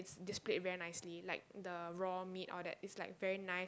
displayed very nicely like the raw meat all that it's like very nice